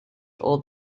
old